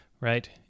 right